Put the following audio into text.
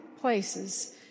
places